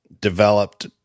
developed